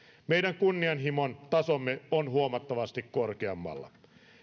meidän kunnianhimon tasomme on huomattavasti korkeammalla